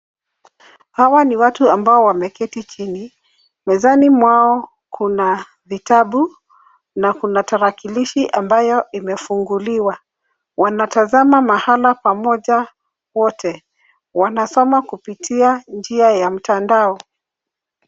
Hawa ni watu ambao wameketi chini. Mezani mwao kuna vitabu na kuna tarakilishi ambayo imefunguliwa. Wanatazama mahala pamoja wote. Wanasoma kupitia njia ya mtandao.